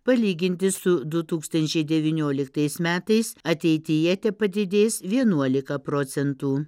palyginti su du tūkstančiai devynioliktais metais ateityje tepadidės vienuolika procentų